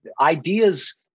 ideas